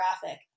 graphic